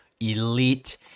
elite